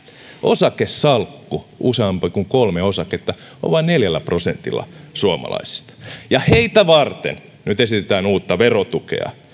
osakesalkku useampi kuin kolme osaketta on vain neljällä prosentilla suomalaisista ja heitä varten nyt esitetään uutta verotukea